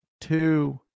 two